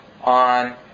on